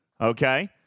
Okay